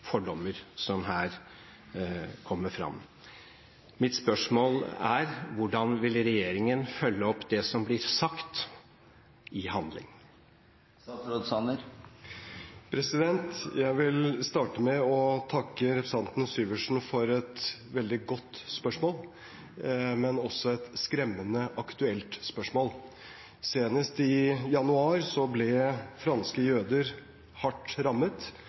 fordommer som her kommer fram. Mitt spørsmål er: Hvordan vil regjeringen følge opp det som blir sagt, i handling? Jeg vil starte med å takke representanten Syversen for et veldig godt spørsmål, men også et skremmende aktuelt spørsmål. Senest i januar ble franske jøder hardt rammet